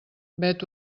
vet